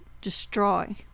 destroy